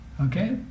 Okay